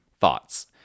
thoughts